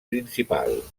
principal